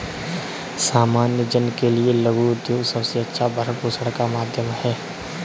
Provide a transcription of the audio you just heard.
सामान्य जन के लिये लघु उद्योग सबसे अच्छा भरण पोषण का माध्यम है